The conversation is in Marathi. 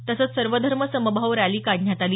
तसंच सर्वधर्मसमभाव रॅली काढण्यात आली